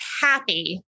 happy